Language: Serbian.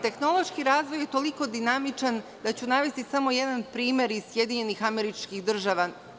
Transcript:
Tehnološki razvoj je toliko dinamičan, da ću navesti samo jedan prime iz SAD.